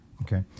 Okay